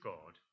God